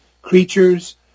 creatures